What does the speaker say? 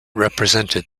represented